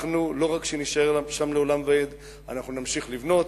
לא רק שנישאר שם לעולם ועד, אנחנו נמשיך לבנות,